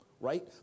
right